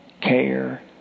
care